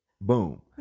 boom